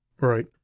Right